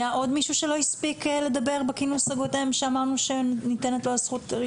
היה עוד מישהו שלא הספיק לדבר בכינוס הקודם שאמרנו שניתן לו את הזכות?